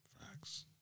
Facts